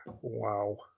Wow